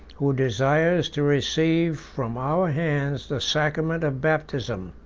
who desires to receive from our hands the sacrament of baptism.